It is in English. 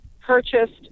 purchased